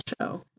show